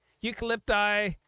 Eucalypti